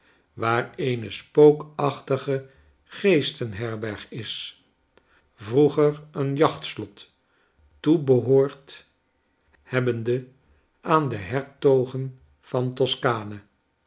waar eene spookachtige geestenherberg is vroeger een jachtslot toebehoord hebbende aan de hertogen van t